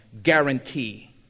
guarantee